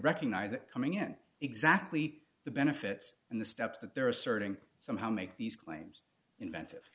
recognize that coming in exactly the benefits and the steps that they're asserting somehow make these claims inventive